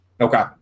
Okay